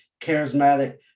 charismatic